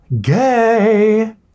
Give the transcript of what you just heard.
Gay